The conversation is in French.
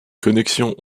connexions